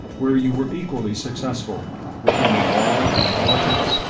where you were equally successful working in law and politics,